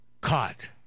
caught